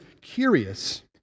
curious